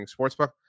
Sportsbook